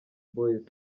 boyz